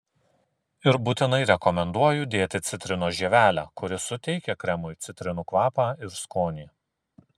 ir būtinai rekomenduoju dėti citrinos žievelę kuri suteikia kremui citrinų kvapą ir skonį